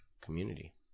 community